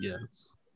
yes